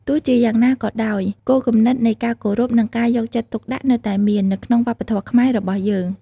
ទោះជាយ៉ាងណាក៏ដោយ គោលគំនិតនៃការគោរព និងការយកចិត្តទុកដាក់នៅតែមាន នៅក្នុងវប្បធម៌ខ្មែររបស់យើង។